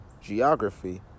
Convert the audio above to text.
geography